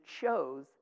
shows